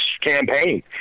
campaign